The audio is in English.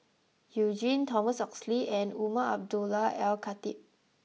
you Jin Thomas Oxley and Umar Abdullah Al Khatib